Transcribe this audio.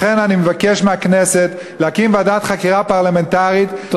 לכן אני מבקש מהכנסת להקים ועדת חקירה פרלמנטרית,